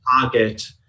target